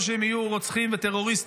או שהם יהיו רוצחים טרוריסטים?